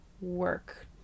work